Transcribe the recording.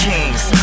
Kings